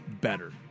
better